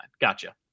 Gotcha